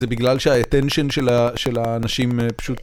זה בגלל שה-attention של האנשים פשוט...